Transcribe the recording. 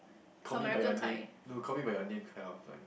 call me by your name no call me by your name kind of like